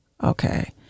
Okay